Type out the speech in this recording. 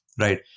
right